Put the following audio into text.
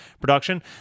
production